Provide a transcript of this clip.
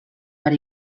per